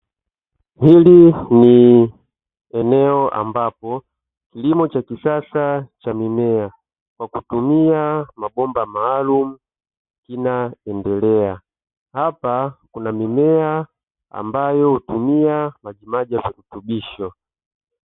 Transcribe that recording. Hili ni eneo ambapo kilimo cha kisasa cha mimea kwa kutumia mabomba maalumu kinaendelea hapa, kuna mimea ambayo hutoa maji maji ya virutubisho.